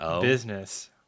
business